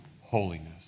holiness